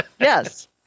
Yes